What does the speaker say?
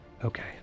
Okay